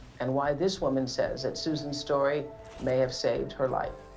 and why this woman says that susan's story may have saved her life.